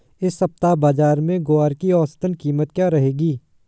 इस सप्ताह बाज़ार में ग्वार की औसतन कीमत क्या रहेगी?